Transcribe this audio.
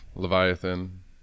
Leviathan